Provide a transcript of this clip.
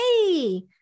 Hey